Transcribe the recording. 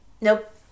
Nope